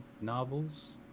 novels